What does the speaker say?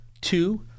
Two